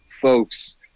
folks